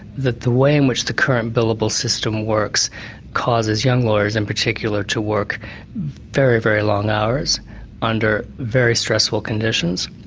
that the way in which the current billable system works causes young lawyers in particular to work very, very long hours under very stressful conditions,